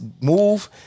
move